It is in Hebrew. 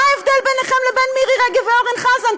מה ההבדל ביניכם לבין מירי רגב ואורן חזן?